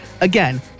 Again